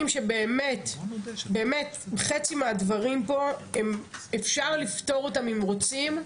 שבאמת באמת חצי מהדברים פה הם אפשר לפתור אותם אם רוצים,